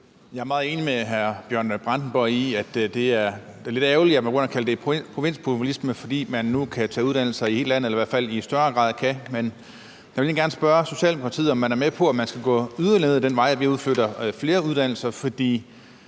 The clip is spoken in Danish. er meget enig med hr. Bjørn Brandenborg i, at det er lidt ærgerligt, at man kalder det provinspopulisme, fordi det nu er muligt at tage uddannelser i hele landet eller i hvert fald i større grad kan gøre det. Men jeg vil egentlig gerne spørge Socialdemokratiets ordfører, om man er med på at gå yderligere ned ad den vej, så vi udflytter flere uddannelser. Der